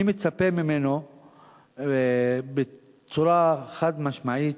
אני מצפה ממנו בצורה חד-משמעית